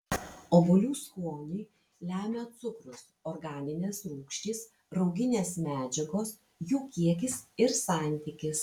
obuolių skonį lemia cukrus organinės rūgštys rauginės medžiagos jų kiekis ir santykis